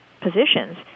positions